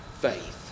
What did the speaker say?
faith